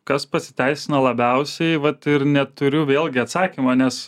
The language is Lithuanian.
kas pasiteisino labiausiai vat ir neturiu vėlgi atsakymo nes